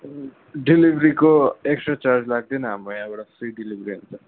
डेलिभेरीको extra charge लाग्दैन हाम्रो यहाँबाट फ्री डेलिभेरी हुन्छ